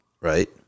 Right